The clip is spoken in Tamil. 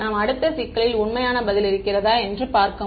நாம் அடுத்த சிக்கலில் உண்மையான பதில் இருக்கிறதா என்று பார்க்க முடியும்